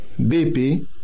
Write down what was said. BP